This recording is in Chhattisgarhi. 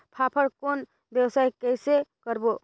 फाफण कौन व्यवसाय कइसे करबो?